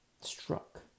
Struck